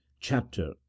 chapter